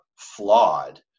flawed